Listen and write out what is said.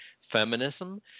feminism